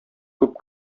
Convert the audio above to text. күп